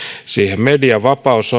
siihen medianvapaus